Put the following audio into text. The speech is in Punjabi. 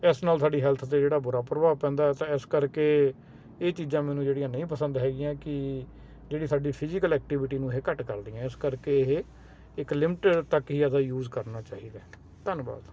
ਇਸ ਨਾਲ ਸਾਡੀ ਹੈਲਥ ਤੇ ਜਿਹੜਾ ਬੁਰਾ ਪ੍ਰਭਾਵ ਪੈਂਦਾ ਤਾਂ ਇਸ ਕਰਕੇ ਇਹ ਚੀਜ਼ਾਂ ਮੈਨੂੰ ਜਿਹੜੀਆਂ ਨਹੀਂ ਪਸੰਦ ਹੈਗੀਆਂ ਕਿ ਜਿਹੜੀ ਸਾਡੀ ਫਿਜੀਕਲ ਐਕਟੀਵਿਟੀ ਨੂੰ ਇਹ ਘੱਟ ਕਰਦੀਆਂ ਇਸ ਕਰਕੇ ਇਹ ਇੱਕ ਲਿਮਿਟ ਤੱਕ ਹੀ ਇਹਦਾ ਯੂਜ ਕਰਨਾ ਚਾਹੀਦਾ ਧੰਨਵਾਦ